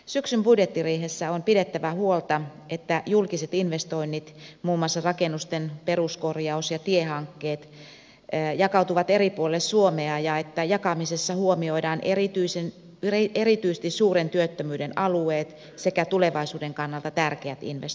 syksyn budjettiriihessä on pidettävä huolta että julkiset investoinnit muun muassa rakennusten peruskorjaus ja tiehankkeet jakautuvat eri puolille suomea ja että jakamisessa huomioidaan erityisesti suuren työttömyyden alueet sekä tulevaisuuden kannalta tärkeät investoinnit